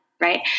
Right